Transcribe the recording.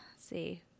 see